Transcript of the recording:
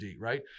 right